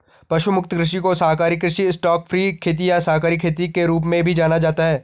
पशु मुक्त कृषि को शाकाहारी कृषि स्टॉकफ्री खेती या शाकाहारी खेती के रूप में भी जाना जाता है